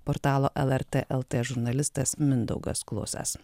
portalo lrt lt žurnalistas mindaugas klusas